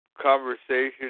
conversation